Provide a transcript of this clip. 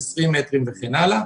20 מטרים וכן הלאה,